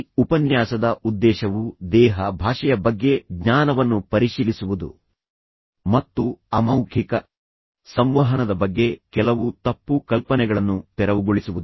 ಈ ಉಪನ್ಯಾಸದ ಉದ್ದೇಶವು ದೇಹ ಭಾಷೆಯ ಬಗ್ಗೆ ಜ್ಞಾನವನ್ನು ಪರಿಶೀಲಿಸುವುದು ಮತ್ತು ಅಮೌಖಿಕ ಸಂವಹನದ ಬಗ್ಗೆ ಕೆಲವು ತಪ್ಪು ಕಲ್ಪನೆಗಳನ್ನು ತೆರವುಗೊಳಿಸುವುದು